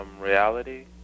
reality